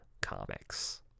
comics